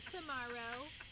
Tomorrow